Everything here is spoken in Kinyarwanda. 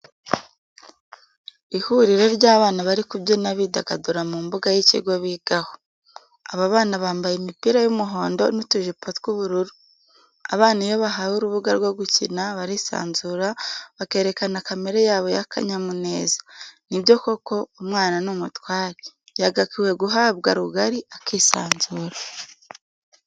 Ihuriro ry'abana bari kubyina bidagadura mu mbuga y'ikigo bigaho. Aba bana bambaye imipira y'umuhondo n'utujipo tw'ubururu. Abana iyo bahawe urubuga rwo gukina, barisanzura bakerekana kamere yabo y'akanyamuneza, ni byo koko umwana ni umutware, yagakwiye guhabwa rugari akisanzura.